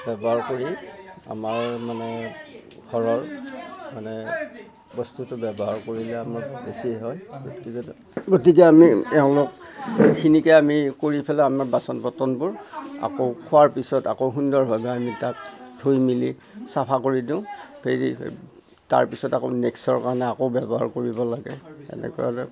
ব্যৱহাৰ কৰি আমাৰ মানে ঘৰৰ মানে বস্তুটো ব্যৱহাৰ কৰিলে আমাৰ বেছি হয় গতিকে গতিকে আমি এওঁলোক এইখিনিকে আমি কৰি ফেলাই আমি বাচন বৰ্তনবোৰ আকৌ খোৱাৰ পিছত আকৌ সুন্দৰভাৱে আমি তাত থৈ মিলি চাফা কৰি দিওঁ তাৰ পিছত আকৌ নেক্সটৰ কাৰণে আকৌ ব্যৱহাৰ কৰিব লাগে সেনেকুৱা হ'লে